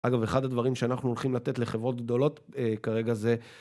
אגב, אחד הדברים שאנחנו הולכים לתת לחברות גדולות אה כרגע זה